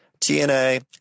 TNA